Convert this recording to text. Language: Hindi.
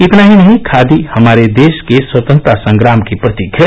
इतना ही नहीं खादी हमारे देश के स्वतंत्रता संग्राम की प्रतीक है